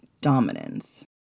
dominance